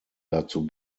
dazu